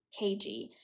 kg